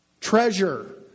Treasure